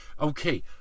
Okay